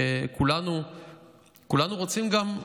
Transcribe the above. שכולנו רוצים גם,